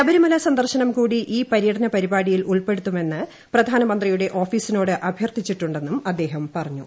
ശബരിമല സന്ദൂർശനം കൂടി ഈ പര്യടന പരിപാടിയിൽ ഉൾപെടുത്തണമെന്ന് ആപ്പിപ്രധാന മന്ത്രിയുടെ ഓഫീസിനോട് അഭ്യർഥിച്ചിട്ടുണ്ടെന്നും ്ത്ര്ദ്ദേഹം പറഞ്ഞു